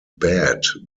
bad